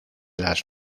las